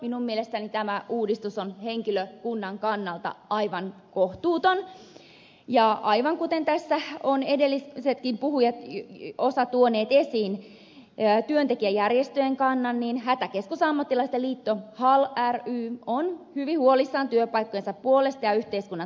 minun mielestäni tämä uudistus on henkilökunnan kannalta aivan kohtuuton ja aivan kuten tässä ovat edellisetkin puhujat osa tuoneet esiin työntekijäjärjestöjen kannan niin hätäkeskusammattilaisten liitto hal ry on hyvin huolissaan työpaikkojensa puolesta ja yhteiskunnan turvallisuudesta